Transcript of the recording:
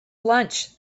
lunch